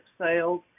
sales